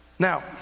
Now